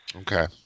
Okay